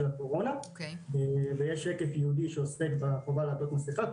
הקורונה ויש שקף ייעודי שעוסק בחובה לעטות מסכה,